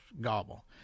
gobble